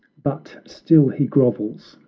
but still he grovels,